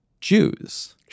Jews